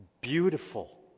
Beautiful